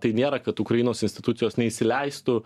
tai nėra kad ukrainos institucijos neįsileistų